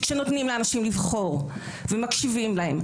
כשנותנים לאנשים לבחור ומקשיבים להם,